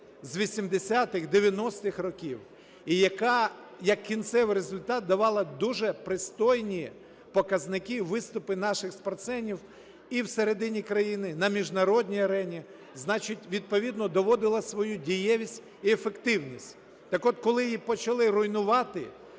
з 80-х, 90-х років і яка як кінцевий результат давала дуже пристойні показники, виступи наших спортсменів і всередині країни, на міжнародній арені, значить, відповідно доводила свою дієвість і ефективність. Так от, коли її почали руйнувати,